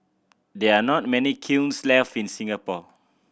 there are not many kilns left in Singapore